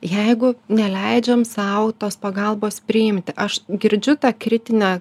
jeigu neleidžiam sau tos pagalbos priimti aš girdžiu tą kritinę